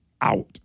out